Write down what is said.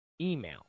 Email